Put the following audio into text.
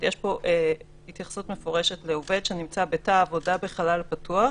יש פה התייחסות מפורשת לעובד שנמצא בתא עבודה בחלל פתוח,